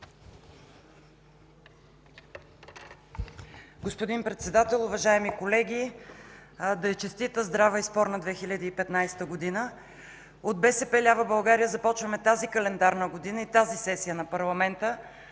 Господин Председател, уважаеми колеги, да е честита, здрава и спорна 2015 година! От БСП лява България започваме тази календарна година и тази сесия на парламента